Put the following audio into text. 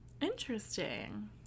interesting